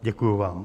Děkuji vám.